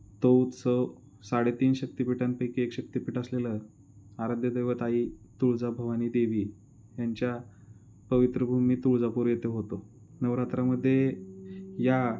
तो उत्सव साडेतीन शक्तिपीठांपैकी एक शक्तिपीठ असलेलं आराध्यदैवत आई तुळजाभवानी देवी यांच्या पवित्रभूमी तुळजापूर येथे होतो नवरात्रामध्ये या